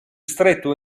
stretto